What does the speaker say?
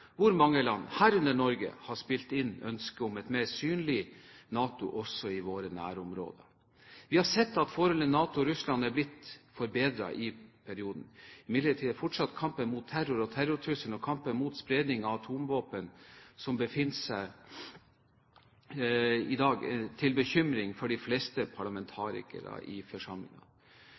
hvor mange land, herunder Norge, har spilt inn ønsket om et mer synlig NATO også i våre nærområder. Vi har sett at forholdet mellom NATO og Russland har blitt forbedret i perioden. Imidlertid er fortsatt kampen mot terror – terrortrusselen – og kampen mot spredning av atomvåpen til bekymring for de fleste parlamentarikerne i